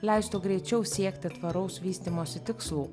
leistų greičiau siekti tvaraus vystymosi tikslų